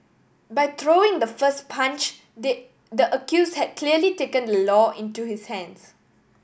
by throwing the first punch they the accused had clearly taken the law into his hands